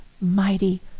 mighty